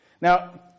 Now